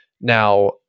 Now